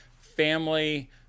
family